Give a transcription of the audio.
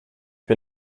bin